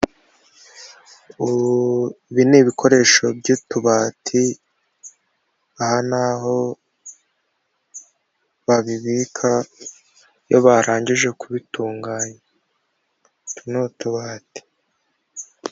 Ibi n'ibikoresho by'utubati aha ni aho babibika iyo barangije kubitunganya utu ni utubati.